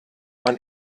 man